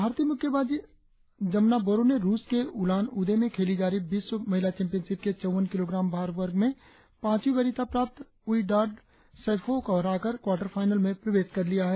भारतीय मुक्केबाज जमुना बोरो ने रुस के उलान उदे में खेली जा रही विश्व महिला चैंपियनशिप के चौवन किलोग्राम वर्ग में पांचवीं वरीयता प्राप्त ऊइडाड सैफोह को हराकर क्वार्टर फाइनल में प्रवेश कर लिया है